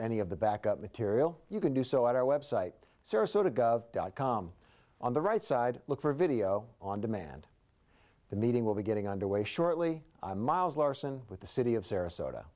any of the backup material you can do so at our website sarasota gov dot com on the right side look for video on demand the meeting will be getting underway shortly miles larson with the city of sarasota